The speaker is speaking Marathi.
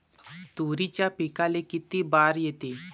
तुरीच्या पिकाले किती बार येते?